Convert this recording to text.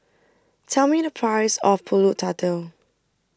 tell me the price of Pulut Tatal